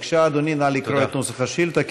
בבקשה, אדוני, נא לקרוא את נוסח השאילתה.